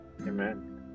Amen